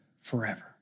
forever